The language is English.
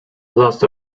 loss